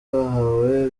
bahawe